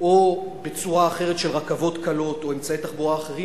או בצורה אחרת של רכבות קלות או אמצעי תחבורה אחרים,